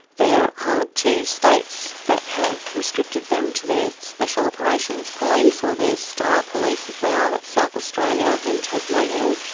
there are two states that have restricted them to their special operations police or their star police, as they are, that's south australia and tasmania.